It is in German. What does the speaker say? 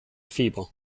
fieber